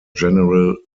general